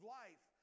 life